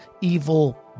evil